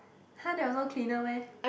!huh! there was no cleaner meh